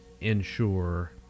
ensure